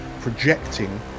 projecting